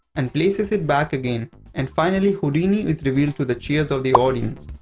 and places it back again and finally houdini is revealed to the cheers of the audience.